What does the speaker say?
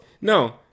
No